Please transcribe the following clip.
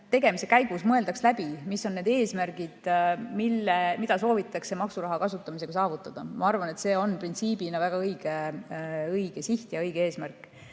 tegemise käigus mõeldaks läbi, mis on need eesmärgid, mida soovitakse maksuraha kasutamisega saavutada. Ma arvan, et see on printsiibina väga õige siht ja õige eesmärk.